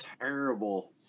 terrible